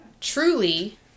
truly